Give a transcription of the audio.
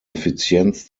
effizienz